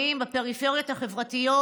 הנמוכים, בפריפריות החברתיות